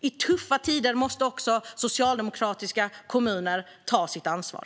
I tuffa tider måste också socialdemokratiska kommuner ta sitt ansvar.